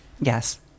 yes